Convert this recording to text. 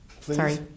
sorry